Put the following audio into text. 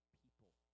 people